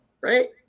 Right